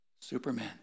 Superman